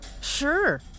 Sure